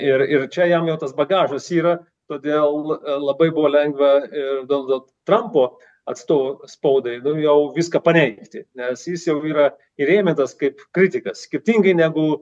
ir ir čia jam jau tas bagažas yra todėl labai buvo lengva ir donaldo trampo atstovo spaudai nu jau viską paneigti nes jis jau yra įrėmintas kaip kritikas skirtingai negu